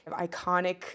iconic